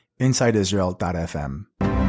InsideIsrael.fm